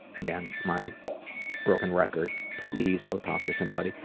again, my broken record, please go talk to somebody.